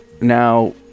Now